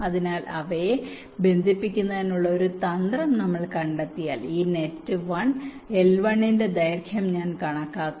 അതിനാൽ അവയെ ബന്ധിപ്പിക്കുന്നതിനുള്ള ഒരു തന്ത്രം നമ്മൾ കണ്ടെത്തിയാൽ ഈ നെറ്റ് 1 L1 ന്റെ ദൈർഘ്യം ഞാൻ കണക്കാക്കും